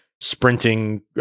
sprinting